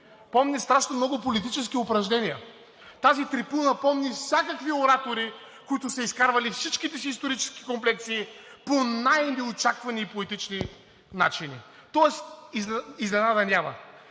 помни страшно много политически упражнения. Тази трибуна помни всякакви оратори, които са изкарвали всичките си исторически комплекси по най-неочаквани и поетични начини. Тоест изненада няма.